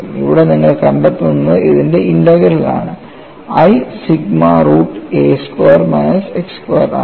ഇവിടെ നിങ്ങൾ കണ്ടെത്തുന്നത് ഇതിന്റെ ഇന്റഗ്രൽ ആണ് i sigma root a square minus x square ആണ്